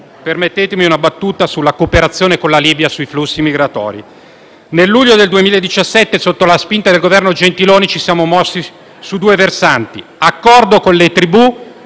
permettetemi di fare una battuta sulla cooperazione con la Libia sui flussi migratori. Nel luglio 2017, sotto la spinta del governo Gentiloni Silveri, ci siamo mossi su due versanti: accordo con le tribù